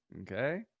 okay